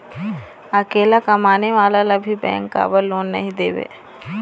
अकेला कमाने वाला ला भी बैंक काबर लोन नहीं देवे?